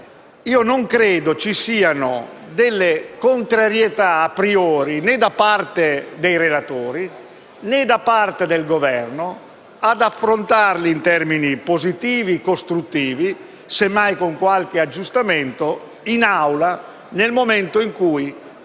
non credo ci siano delle contrarietà *a priori*, né da parte dei relatori, né da parte del Governo ad affrontarli in termini positivi e costruttivi, semmai con qualche aggiustamento in Aula nel momento in cui